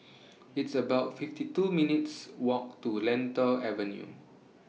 It's about fifty two minutes' Walk to Lentor Avenue